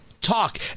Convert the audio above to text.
talk